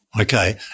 Okay